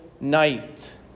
night